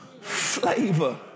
flavor